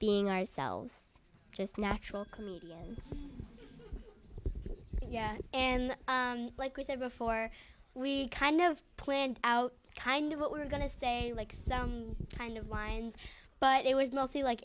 being ourselves just natural comedians and like we said before we kind of planned out kind of what we're going to say like some kind of lines but it was mostly like